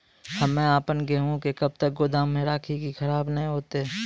हम्मे आपन गेहूँ के कब तक गोदाम मे राखी कि खराब न हते?